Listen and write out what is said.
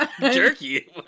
Jerky